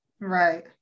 right